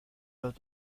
los